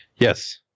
Yes